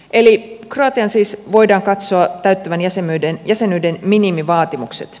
eli kroatian siis voidaan katsoa täyttävän jäsenyyden minimivaatimukset